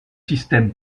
système